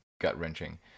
gut-wrenching